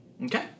Okay